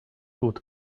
would